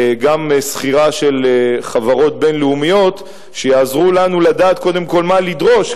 גם שכירה של חברות בין-לאומיות שיעזרו לנו לדעת קודם כול מה לדרוש,